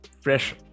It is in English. fresh